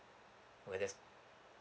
oh like that